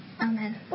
Amen